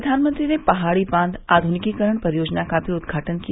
प्रधानमंत्री ने पहाड़ी बांध आधुनिकीकरण परियोजना का भी उद्घाटन किया